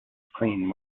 clean